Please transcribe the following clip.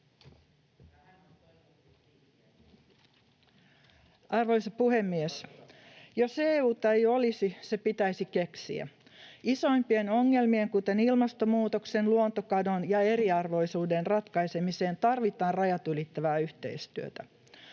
Arvoisa puhemies! Jos EU:ta ei olisi, se pitäisi keksiä. Isoimpien ongelmien, kuten ilmastonmuutoksen, luontokadon ja eriarvoisuuden, ratkaisemiseen tarvitaan rajat ylittävää yhteistyötä.